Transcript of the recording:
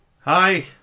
Hi